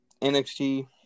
nxt